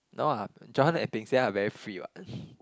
no ah John and Bing-Xian are very free [what]